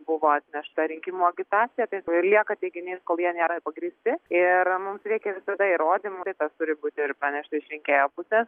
buvo atnešta rinkimų agitacija taip ir lieka teiginiais kol jie nėra pagrįsti ir mums reikia visada įrodymų tas turi būti ir pranešta iš rinkėjo pusės